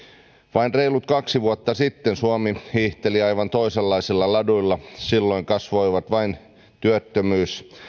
vain reilut kaksi vuotta sitten suomi hiihteli aivan toisenlaisilla laduilla silloin kasvoivat vain työttömyys